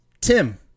Tim